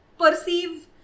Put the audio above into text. perceive